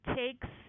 takes